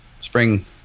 Spring